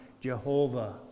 Jehovah